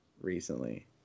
recently